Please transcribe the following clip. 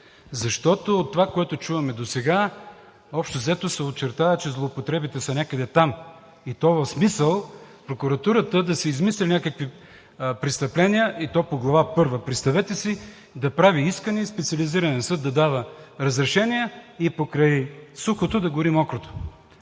Защото от това, което чуваме досега, общо-взето се очертава, че злоупотребите са някъде там, и то в смисъл прокуратурата да си измисля някакви престъпления – и то по Глава първа. Представете си, да прави искане и Специализираният съд да дава разрешения, и покрай сухото да гори мокрото.